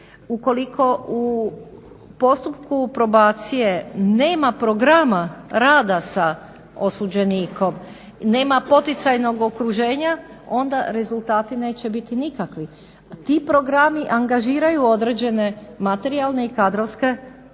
Ukoliko u postupku probacije nema programa rada sa osuđenikom, nema poticajnog okruženja onda rezultati neće biti nikakvi. Ti programi angažiraju određene materijalne i kadrovske resurse.